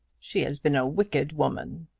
she has been a wicked woman!